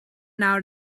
nawr